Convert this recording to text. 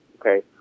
okay